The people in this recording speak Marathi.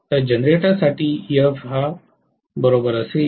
तर जनरेटरसाठी